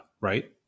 right